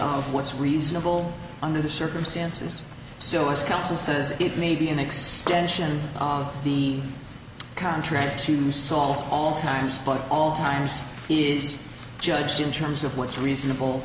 on what's reasonable under the circumstances so as council says it may be an extension of the contract to solve all times but all times is judged in terms of what's reasonable